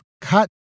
cut